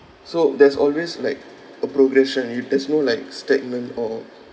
so there's always like a progression you there's no like stagnant or